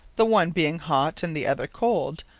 the one being hot, and the other cold,